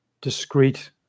discreet